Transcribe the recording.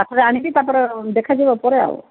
କାଠଟା ଆଣିକି ତାପରେ ଦେଖାଯିବ ପରେ ଆଉ